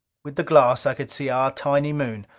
with the glass i could see our tiny moon,